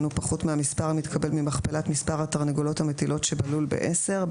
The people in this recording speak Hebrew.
אינו פחות מהמספר המתקבל ממכפלת מספר התרנגולות המטילות שבלול בעשר.